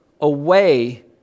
away